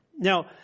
Now